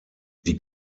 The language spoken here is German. die